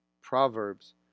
Proverbs